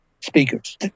speakers